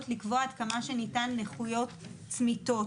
לקבוע עד כמה שניתן נכויות צמיתות.